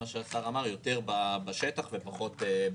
כמו שהשר אמר: יותר בשטח ופחות במפקדות.